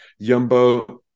Yumbo